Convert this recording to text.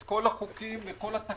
את כל החוקים וכל התקנות,